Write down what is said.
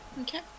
Okay